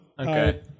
Okay